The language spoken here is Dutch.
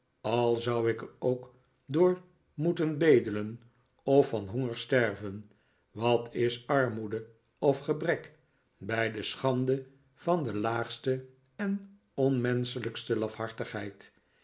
al zou ik er ook door moeten bedelen of van honger sterven wat is armoede of gebrek bij de schande van de laagste en onmenschelijkste lafhartigheid